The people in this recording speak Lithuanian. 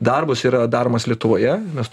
darbus yra daromas lietuvoje mes